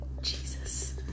jesus